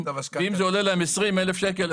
אם זה עולה להם 20 אלף שקל,